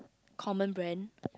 common brand